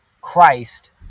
Christ